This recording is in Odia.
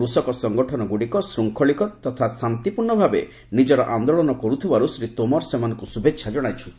କୃଷକ ସଙ୍ଗଠନଗୁଡ଼ିକ ଶୂଙ୍ଗଳିତ ତଥା ଶାନ୍ତିପୂର୍ଣ୍ଣ ଭାବେ ନିଜର ଆନ୍ଦୋଳନ କରୁଥିବାରୁ ଶ୍ରୀ ତୋମାର ସେମାନଙ୍କୁ ଶୁଭେଚ୍ଛା ଜଣାଇଛନ୍ତି